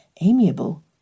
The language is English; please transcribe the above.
amiable